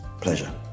Pleasure